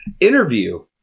interview